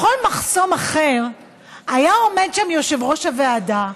בכל מחסום אחר היה עומד שם יושב-ראש הוועדה,